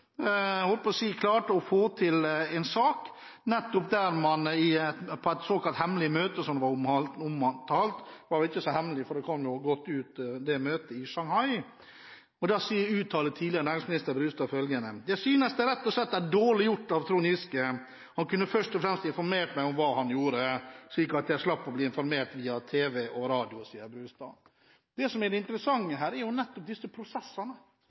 klarte å få til en sak på et såkalt hemmelig møte – som ikke var så hemmelig, for det kom jo godt ut, det møtet i Shanghai. Tidligere næringsminister Brustad uttalte at hun syntes det rett og slett var dårlig gjort av Trond Giske, han kunne først og fremst ha informert henne om hva han gjorde, slik at hun slapp å bli informert via tv og radio. Det som er det interessante her, er nettopp disse prosessene,